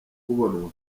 kubonwa